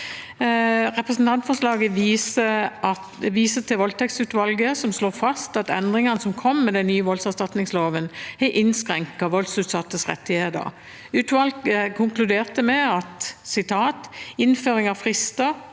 Representantforslaget viser til voldtektsutvalget, som slår fast at endringene som kom med den nye voldserstatningsloven, har innskrenket voldsutsattes rettigheter. Utvalget konkluderte bl.a. med følgende: «Innføringen av frister,